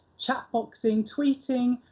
chat-boxing, tweeting,